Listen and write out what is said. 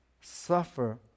suffer